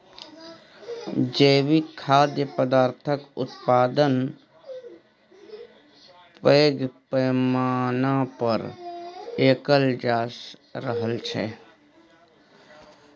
जैविक खाद्य पदार्थक उत्पादन पैघ पैमाना पर कएल जा रहल छै